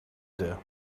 there